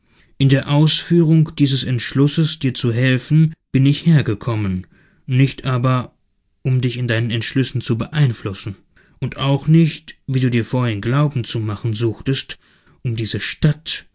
in der ausführung dieses entschlusses dir zu helfen bin ich hergekommen nicht aber um dich in deinen entschlüssen zu beeinflussen und auch nicht wie du dir vorhin glauben zu machen suchtest um diese stadt